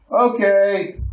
Okay